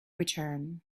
return